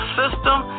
system